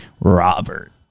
Robert